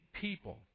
people